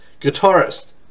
Guitarist